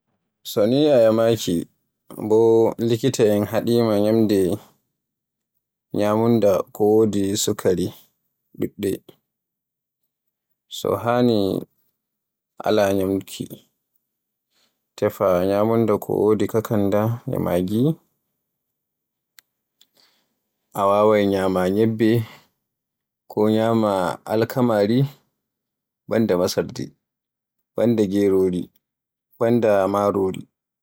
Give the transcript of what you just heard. So ni a yamaaki, bo likitaen haɗima ñyamde ñyamunda ko wodi sukaari ɗuɗɗe. To haani ala ñyamduki, tefa ñyamunda ko wodi kakanda e Maggi. A wawaay ñyama ñyebbe, a waawai ñyama alkamaari, banda masardi, banda gerori, banda marori